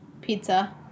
pizza